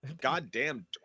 goddamn